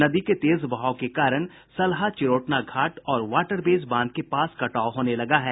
नदी के तेज बहाव के कारण सलहा चिरोटना घाट और वाटरवेज बांध के पास कटाव होने लगा है